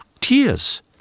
Tears